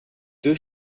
deux